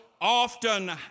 often